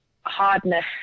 hardness